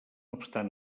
obstant